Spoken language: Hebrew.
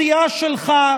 חלקים גדולים מהסיעה שלך,